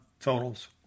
totals